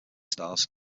stars